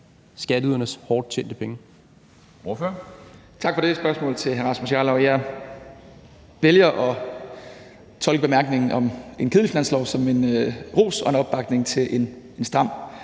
skatteydernes hårdt tjente penge.